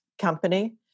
company